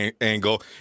angle